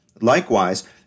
Likewise